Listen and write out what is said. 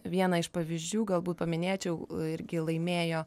vieną iš pavyzdžių galbūt paminėčiau irgi laimėjo